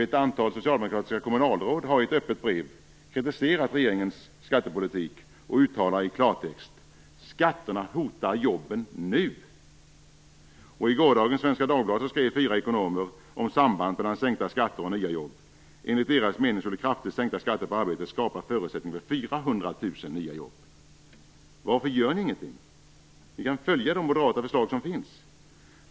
Ett antal socialdemokratiska kommunalråd har i öppet brev kritiserat regeringens skattepolitik och uttalat i klartext: Skatterna hotar jobben nu. I gårdagens Svenska Dagbladet skrev fyra ekonomer om sambandet mellan sänkta skatter och nya jobb. Enligt deras mening är det kraftigt sänkta skatter på arbete som skapar förutsättningar för 400 000 nya jobb. Varför gör ni ingenting? Ni kan följa de moderata förslag som finns.